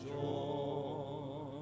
joy